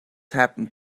happened